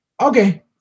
okay